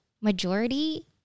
majority